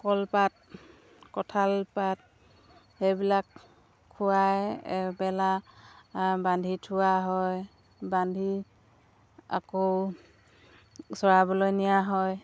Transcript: কলপাত কঁঠাল পাত সেইবিলাক খোৱাই এবেলা বান্ধি থোৱা হয় বান্ধি আকৌ চৰাবলৈ নিয়া হয়